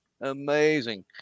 amazing